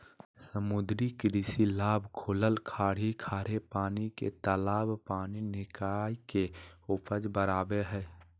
समुद्री कृषि लाभ खुलल खाड़ी खारे पानी के तालाब पानी निकाय के उपज बराबे हइ